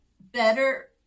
better